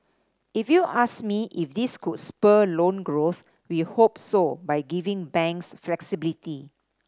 if you ask me if this could spur loan growth we hope so by giving banks flexibility